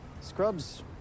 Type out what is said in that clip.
Scrubs